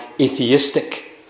atheistic